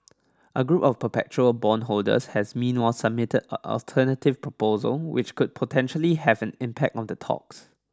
a group of perpetual bondholders has meanwhile submitted of alternative proposal which could potentially have an impact on the talks